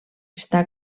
està